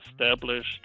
established